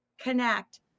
connect